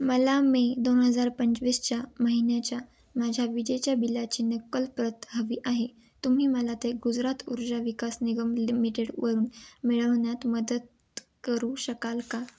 मला मे दोन हजार पंचवीसच्या महिन्याच्या माझ्या विजेच्या बिलाची नक्कल प्रत हवी आहे तुम्ही मला ते गुजरात ऊर्जा विकास निगम लिमिटेडवरून मिळवण्यात मदत करू शकाल का